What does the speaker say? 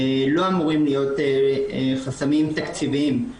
לא אמורים להיות חסמים תקציביים,